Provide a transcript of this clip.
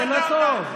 זה לא טוב.